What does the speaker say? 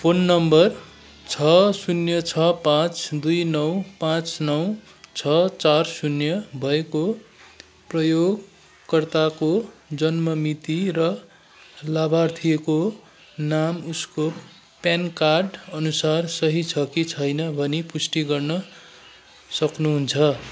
phone number छ शून्य छ पाचँ दुई नौ पाचँ नौ छ चार शून्य भएको प्रयोगकर्ताको जन्म मिति र लाभार्थीको नाम उसको प्यान कार्ड अनुसार सही छ कि छैन भनी पुष्टि गर्न सक्नुहुन्छ